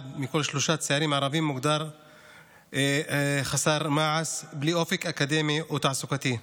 מכל שלושה צעירים הערבים מוגדר חסר מעש בלי אופק אקדמי או תעסוקתי.